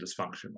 dysfunctional